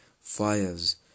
fires